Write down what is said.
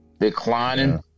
declining